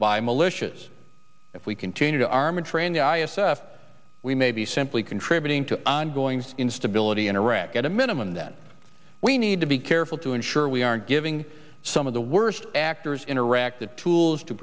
by militias if we continue to arm and train the i s f we may be simply contributing to ongoing instability in iraq at a minimum that we need to be careful to ensure we aren't giving some of the worst actors in iraq the tools to